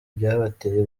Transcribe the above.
byabateye